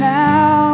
now